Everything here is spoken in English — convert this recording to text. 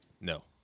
No